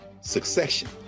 Succession